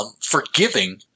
forgiving